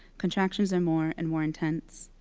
contractions are more and more intense.